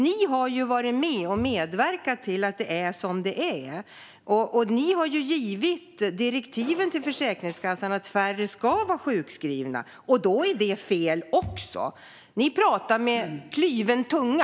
Ni har ju medverkat till att det är som det är och har gett direktiven till Försäkringskassan att färre ska vara sjukskrivna. Då är det fel också. Ni talar med kluven tunga.